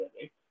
right